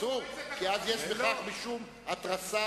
כי אז יש בכך משום התרסה.